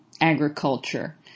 agriculture